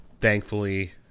thankfully